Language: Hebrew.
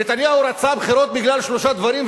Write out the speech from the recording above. נתניהו רצה בחירות בגלל שלושה דברים,